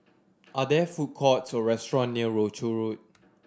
are there food courts or restaurant near Rochor Road